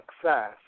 success